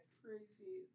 crazy